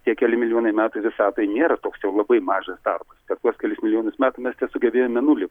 tie keli milijonai metų visatai nėra toks jau labai mažas tarpas per tuos kelis milijonus metų mes tesugebėjom mėnuly